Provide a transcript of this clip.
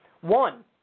One